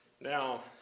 Now